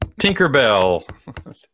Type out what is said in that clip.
tinkerbell